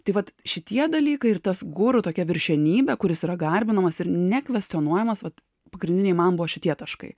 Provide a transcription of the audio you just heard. tai vat šitie dalykai ir tas guru tokia viršenybė kuris yra garbinamas ir nekvestionuojamas vat pagrindiniai man buvo šitie taškai